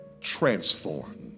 transform